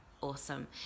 awesome